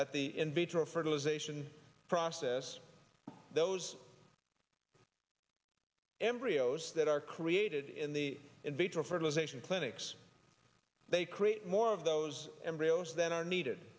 at the in vitro fertilization process those embryos that are created in the in vitro fertilization clinics they create more of those embryos that are needed